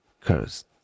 cursed